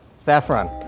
saffron